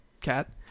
cat